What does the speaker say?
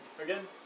Again